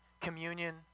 communion